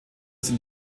sind